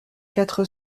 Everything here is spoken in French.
quatre